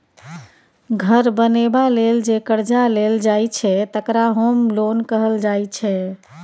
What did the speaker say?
घर बनेबा लेल जे करजा लेल जाइ छै तकरा होम लोन कहल जाइ छै